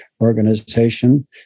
organization